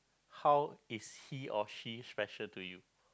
how is he or she special to you